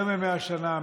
יותר מ-100 שנה,